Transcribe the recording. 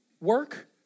work